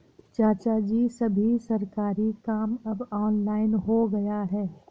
चाचाजी, सभी सरकारी काम अब ऑनलाइन हो गया है